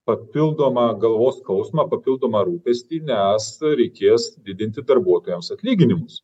papildomą galvos skausmą papildomą rūpestį nes reikės didinti darbuotojams atlyginimus